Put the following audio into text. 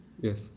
yes